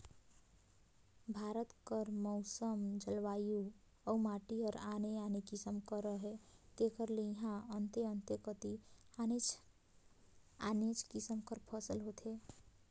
भारत कर मउसम, जलवायु अउ माटी हर आने आने किसिम कर अहे तेकर ले इहां अन्ते अन्ते कती आनेच आने किसिम कर फसिल होथे